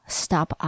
stop